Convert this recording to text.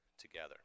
together